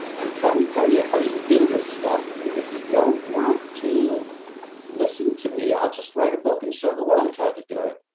i'm trying to tell you how you do this stuff. and if you don't want to listen to me, i'll just write a book and show the world how to do it.